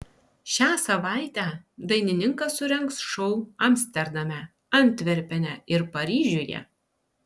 šią savaitę dainininkas surengs šou amsterdame antverpene ir paryžiuje